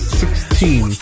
sixteen